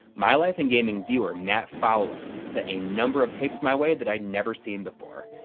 my life in gaming viewer matt fowler sent a number of tapes my way that i'd never seen before.